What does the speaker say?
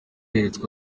yeretswe